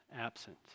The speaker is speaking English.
absent